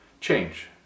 change